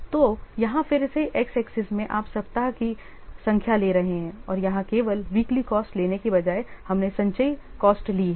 तो यहाँ फिर से एक्स एक्सिस में आप सप्ताह की संख्या ले रहे हैं और यहाँ केवल वीकली कॉस्ट लेने के बजाय हमने संचयी कॉस्ट ली हैं